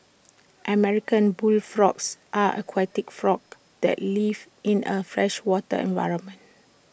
American bullfrogs are aquatic frogs that live in A freshwater environment